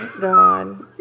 God